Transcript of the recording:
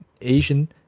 Asian